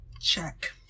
check